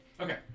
Okay